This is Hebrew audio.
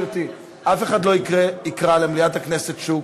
סליחה, גברתי, אף אחד לא יקרא למליאת הכנסת שוק.